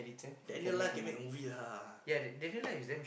you can make a movie